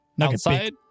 Outside